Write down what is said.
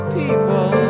people